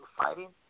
fighting